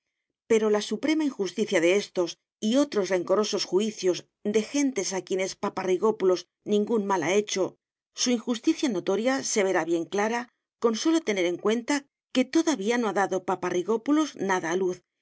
pero la suprema injusticia de estos y otros rencorosos juicios de gentes a quienes paparrigópulos ningún mal ha hecho su injusticia notoria se verá bien clara con sólo tener en cuenta que todavía no ha dado paparrigópulos nada a luz